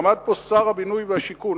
עמד פה שר הבינוי והשיכון,